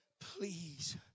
please